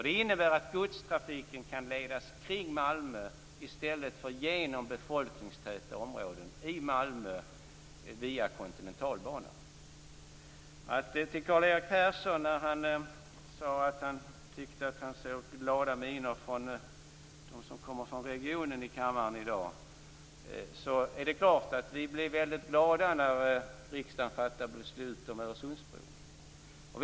Det innebär att godstrafiken kan ledas kring Malmö i stället för genom befolkningstäta områden i Malmö via Kontinentalbanan. Karl-Erik Persson sade att han tycke att han såg glada miner från dem som kommer från regionen i kammaren i dag. Det är klart att vi blir glada när riksdagen fattar beslut om Öresundsbron.